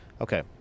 Okay